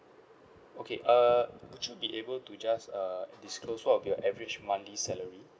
okay uh would you be able to just uh disclose what will be your average monthly salary